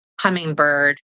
Hummingbird